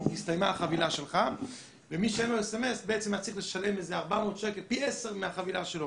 הסתיימה החבילה שלך ומי שאין לו סמס היה צריך לשלם פי 10 מהחבילה שלו